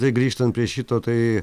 tai grįžtant prie šito tai